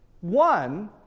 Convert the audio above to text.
One